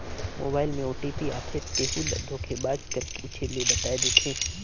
mobile में OTP आथे तेहू ल धोखेबाज कर पूछे ले बताए देथे